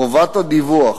חובות דיווח,